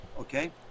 Okay